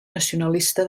nacionalista